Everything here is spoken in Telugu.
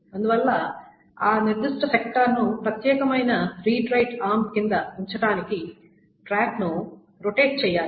అందువల్ల ఆ నిర్దిష్ట సెక్టార్ ను ప్రత్యేకమైన రీడ్ రైట్ ఆర్మ్ కింద ఉంచటానికి ట్రాక్ ను రొటేట్ చెయ్యాలి